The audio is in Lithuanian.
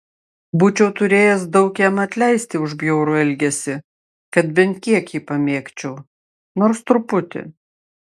būčiau turėjęs daug jam atleisti už bjaurų elgesį kad bent kiek jį pamėgčiau nors truputį